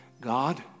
God